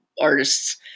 artists